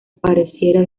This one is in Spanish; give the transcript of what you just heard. pareciera